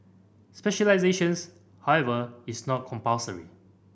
specialisations however is not compulsory